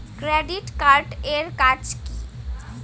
Credit card এর কাজ কি?